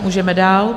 Můžeme dál.